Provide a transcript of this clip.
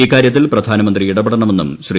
ഇക്കാരൃത്തിൽ പ്രധാനമന്ത്രി ഇടപെടണമെന്നും ശ്രീ